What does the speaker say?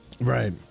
Right